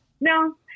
No